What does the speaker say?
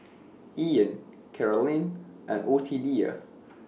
Ian Carolynn and Ottilia